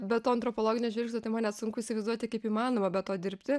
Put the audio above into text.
be to antropologinio žvilgsnio tai man net sunku įsivaizduoti kaip įmanoma be to dirbti